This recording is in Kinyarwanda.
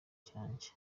cyanjye